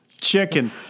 Chicken